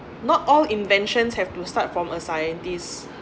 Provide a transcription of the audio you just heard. not all inventions have to start from a scientist